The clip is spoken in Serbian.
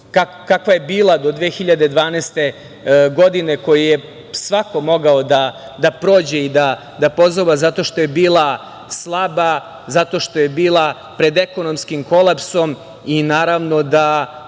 kakva je bila do 2012. godine, koju je svako mogao da prođe i da pozoba, zato što je bila slaba, zato što je bila pred ekonomskim kolapsom i naravno da